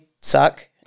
suck